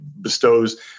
bestows